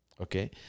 okay